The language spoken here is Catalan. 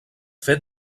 fet